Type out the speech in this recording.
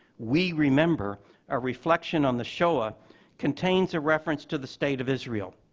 we remember a reflection on the shoah contains a reference to the state of israel,